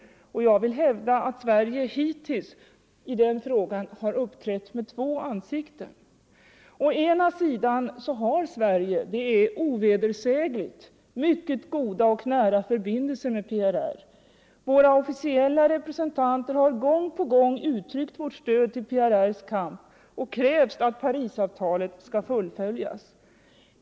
Jag vill hävda att Sverige hittills i den frågan har uppträtt med två ansikten. Å ena sidan har Sverige - det är ovedersägligt — mycket goda och nära förbindelser med PRR. Våra officiella representanter har gång på gång uttryckt vårt stöd till PRR:s kamp och krävt att Parisavtalet skall fullföljas.